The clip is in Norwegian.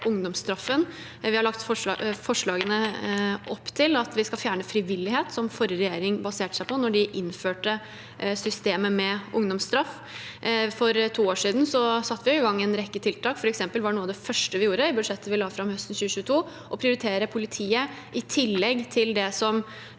Vi har i forslagene lagt opp til at vi skal fjerne frivillighet, som forrige regjering baserte seg på da de innførte systemet med ungdomsstraff. For to år siden satte vi i gang en rekke tiltak. For eksempel var noe av det første vi gjorde i budsjettet vi la fram høsten 2022, å prioritere politiet – i tillegg til det som